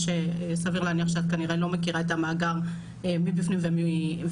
סביר להניח שאת כנראה לא מכירה את המאגר מבפנים ומבחוץ,